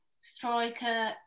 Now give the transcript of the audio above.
Striker